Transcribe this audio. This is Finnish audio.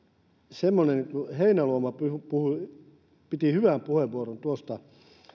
semmoinen heinäluoma piti hyvän puheenvuoron siitä että